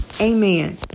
amen